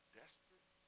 desperate